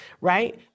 right